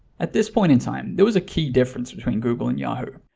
at this point in time, there was a key difference between google and yahoo.